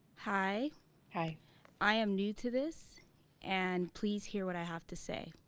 hi hi i am new to this and please hear what i have to say